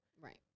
Right